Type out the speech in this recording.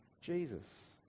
Jesus